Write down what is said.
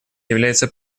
является